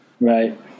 Right